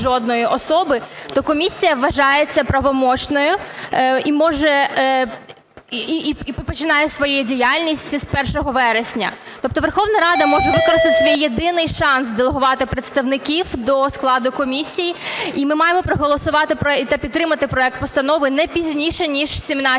жодної особи, то комісія вважається правомочною і починає свою діяльність із 1 вересня. Тобто Верховна Рада може використати свій єдиний шанс делегувати представників до складу комісії, і ми маємо проголосувати та підтримати проект Постанови не пізніше ніж 17 липня.